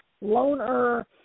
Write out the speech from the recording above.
loner